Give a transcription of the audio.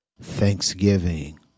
thanksgiving